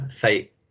fate